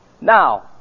Now